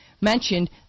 mentioned